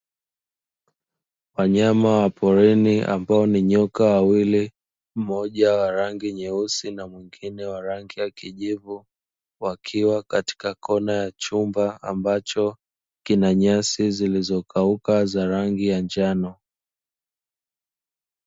Wanyama wa porini ambao ni nyoka wawili mmoja wa rangi nyeusi na mwingine wa rangi ya kijivu, wakiwa katika kona ya chumba ambacho kina nyasi zilizokauka za rangi ya njano.